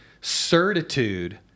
certitude